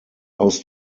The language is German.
aus